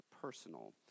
personal